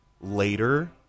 later